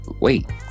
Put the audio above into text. Wait